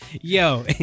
Yo